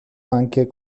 anche